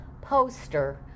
poster